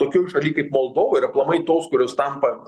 tokioj šaly kaip moldova ir aplamai tos kurios tampa